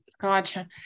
gotcha